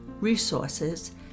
resources